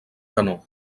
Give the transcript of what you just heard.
canó